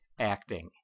acting